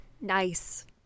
Nice